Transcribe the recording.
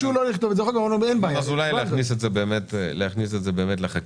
אז אולי באמת להכניס את זה לחקיקה.